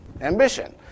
ambition